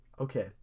Okay